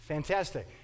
Fantastic